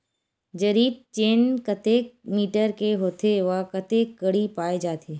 जरीब चेन कतेक मीटर के होथे व कतेक कडी पाए जाथे?